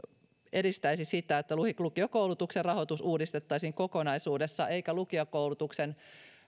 edistäisi sitä että lukiokoulutuksen rahoitus uudistettaisiin kokonaisuudessaan eivätkä lukiokoulutuksen